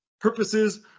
purposes